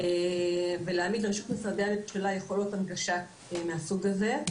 להעמיד לרשות משרדי הממשלה יכולות הנגשה מהסוג הזה.